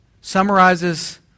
summarizes